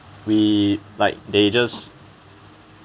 we like they just